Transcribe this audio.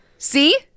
See